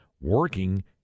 working